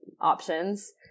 options